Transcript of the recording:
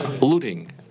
looting